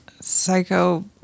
psycho